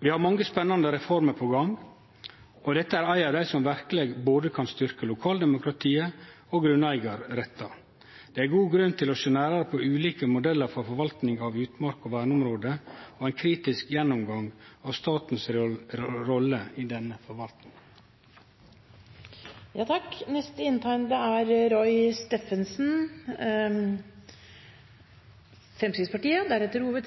Vi har mange spennande reformer på gang, og dette er ei av dei som verkeleg kan styrkje både lokaldemokratiet og grunneigarrettar. Det er god grunn til å sjå nærare på ulike modellar for forvaltning av utmark og verneområde og å ha ein kritisk gjennomgang av rolla til staten i